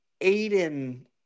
Aiden